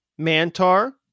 Mantar